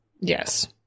Yes